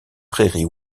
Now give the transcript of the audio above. prairies